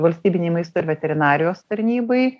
valstybinei maisto ir veterinarijos tarnybai